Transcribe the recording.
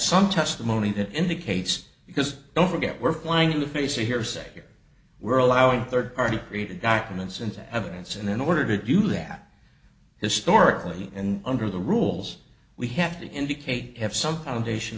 some testimony that indicates because don't forget we're going in the face of hearsay here we're allowing third party created darkness into evidence and in order to do that historically and under the rules we have to indicate have some kind of